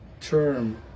term